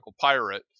pirate